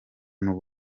n’u